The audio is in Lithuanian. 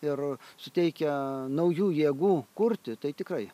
ir suteikia naujų jėgų kurti tai tikrai